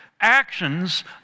actions